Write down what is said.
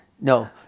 No